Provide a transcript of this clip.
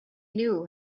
knew